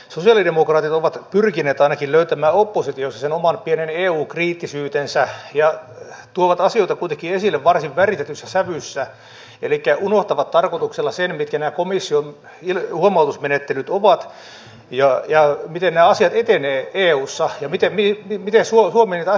sosialidemokraatit ovat ainakin pyrkineet löytämään oppositiossa sen oman pienen eu kriittisyytensä mutta tuovat asioita esille varsin väritetyssä sävyssä elikkä unohtavat tarkoituksella sen mitkä nämä komission huomautusmenettelyt ovat ja miten nämä asiat etenevät eussa ja miten suomi näitä asioita käsittelee